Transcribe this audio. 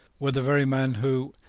were the very men who,